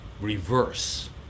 reverse